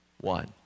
one